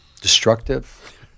destructive